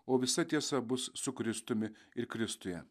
o visa tiesa bus su kristumi ir kristuje